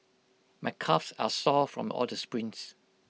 my calves are sore from all the sprints